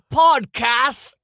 podcast